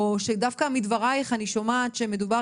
או שדווקא מדברייך אני שומעת שמדובר